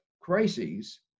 crises